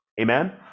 Amen